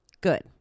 Good